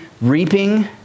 reaping